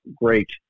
great